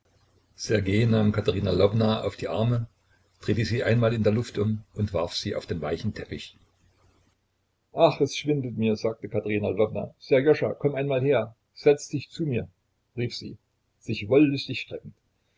katerina lwowna auf die arme drehte sie einmal in der luft um und warf sie auf den weichen teppich ach es schwindelt mir sagte katerina lwowna sserjoscha komm einmal her setz dich zu mir rief sie sich wollüstig streckend